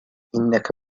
إنك